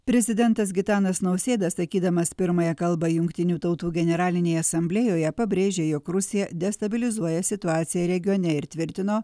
prezidentas gitanas nausėda sakydamas pirmąją kalbą jungtinių tautų generalinėje asamblėjoje pabrėžė jog rusija destabilizuoja situaciją regione ir tvirtino